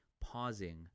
pausing